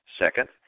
Second